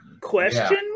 Question